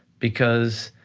because